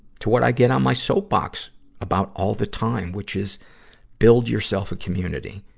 to what i get on my soapbox about all the time, which is build yourself a community.